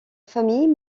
famille